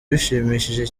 bishimishije